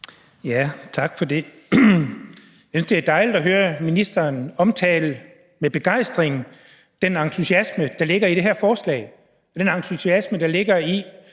Jeg synes, det er dejligt at høre ministeren med begejstring omtale den entusiasme, der ligger i det her forslag, og den entusiasme, der ligger i